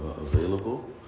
available